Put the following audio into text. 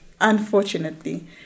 Unfortunately